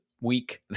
week